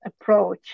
approach